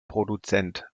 produzent